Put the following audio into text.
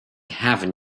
heaven